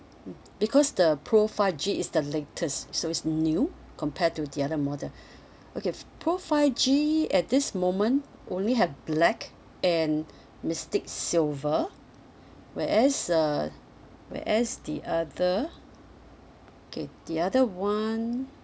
mmhmm because the pro five G is the latest so it's new compare to the other model okay pro five G at this moment only have black and mystic silver whereas uh whereas the other okay the other [one]